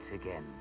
again